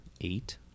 eight